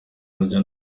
burya